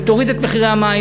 אם תוריד את מחירי המים,